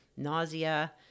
nausea